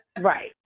Right